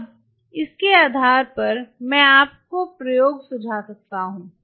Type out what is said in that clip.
अब इसके आधार पर मैं आपको प्रयोग सुझा सकता हूं